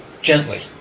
gently